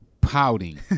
pouting